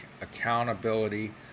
accountability